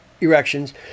erections